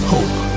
Hope